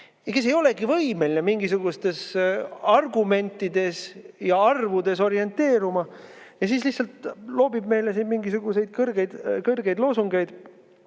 kes ei olegi võimeline mingisugustes argumentides ja arvudes orienteeruma. Ja siis ta lihtsalt loobib meile siin mingisuguseid kõrgeid loosungeid.